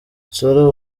nsoro